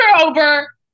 over